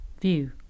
view